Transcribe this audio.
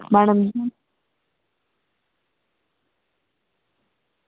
madam जी